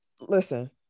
Listen